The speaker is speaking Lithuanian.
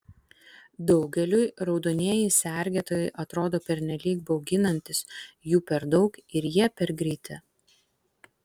daugeliui raudonieji sergėtojai atrodo pernelyg bauginantys jų per daug ir jie per greiti